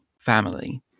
family